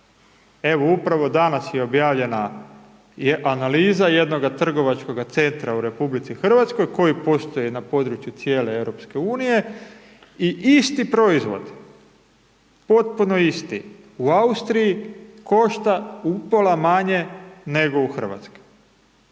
evo upravo danas je objavljena analiza jednoga trgovačkoga centra u RH koji posluje na području cijele EU i isti proizvod potpuno isti u Austriji košta upola manje nego u Hrvatskoj.